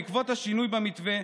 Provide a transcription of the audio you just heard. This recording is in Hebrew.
בעקבות השינוי במתווה,